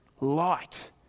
Light